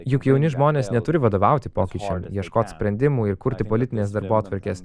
juk jauni žmonės neturi vadovauti pokyčiam ieškot sprendimų ir kurti politinės darbotvarkės